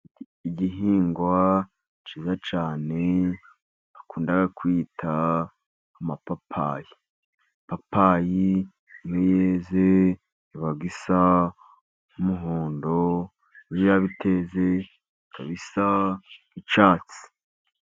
Igihingwa cyiza cyane bakunda kwita amapapayi. Ipapayi iyo yeze iba isa n'umuhondo n'aho yaba iteze ikaba isa n'icyatsi.